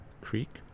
Creek